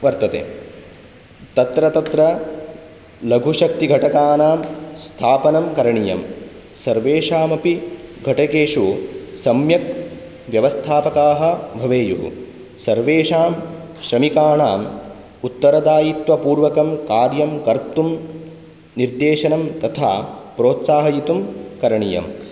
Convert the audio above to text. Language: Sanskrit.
वर्तते तत्र तत्र लघुशक्तिघटकानां स्थापनं करणीयं सर्वेषामपि घटकेषु सम्यक् व्यवस्थापकाः भवेयुः सर्वेषां श्रमिकाणाम् उत्तरदायित्वपूर्वकं कार्यं कर्तुं निर्देशनं तथा प्रोत्साहयितुं करणीयम्